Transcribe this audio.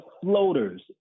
floaters